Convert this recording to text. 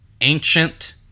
ancient